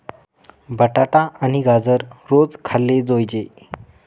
बटाटा आणि गाजर रोज खाल्ले जोयजे